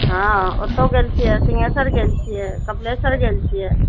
हाँ ओतय गेल छियै सिंघेशर गेल छियै कपिलेश्वरगेल छियै